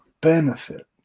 benefit